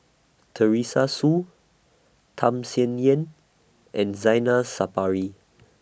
Teresa Hsu Tham Sien Yen and Zainal Sapari